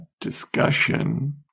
discussion